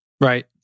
Right